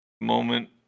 moment